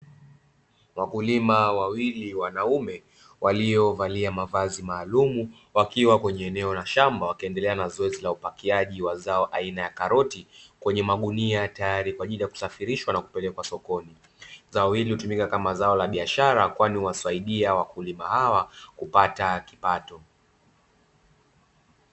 Wakulima wawili wanaume waliovalia mavazi maalumu, wakiwa kwenye eneo la shamba wakiendelea na zoezi la upakiaji wa zao aina ya karoti kwenye magunia tayari kwa ajili ya kusafirishwa na kupelekwa sokoni, zao hili hutumika kama zao la biashara kwani uwasaidia wakulima hawa kupata kipato.